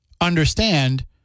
understand